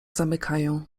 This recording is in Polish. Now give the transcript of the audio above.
zamykają